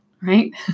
right